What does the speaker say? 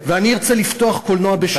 ואני ארצה לפתוח קולנוע בשבת,